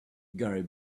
gary